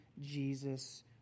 Jesus